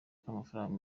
k’amafaranga